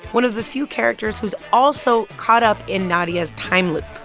one of the few characters who's also caught up in nadia's time loop.